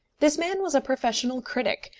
this man was a professional critic,